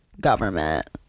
government